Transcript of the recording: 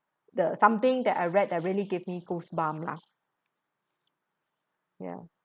the something that I read that really give me goosebump lah ya